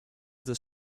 des